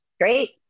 Great